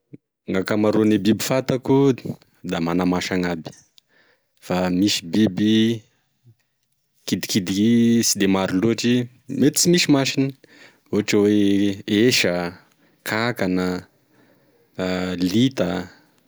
Gn'akamaroane biby fantako da mana-maso agnaby, fa misy biby kidikidy, sy de maro lotry mety sy misy masony, ohatry hoe: esa, kakana, lita.